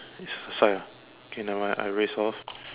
it's the side ah okay nevermind I erase off